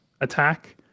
attack